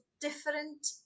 different